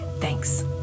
Thanks